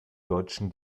deutschen